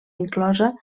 inclosa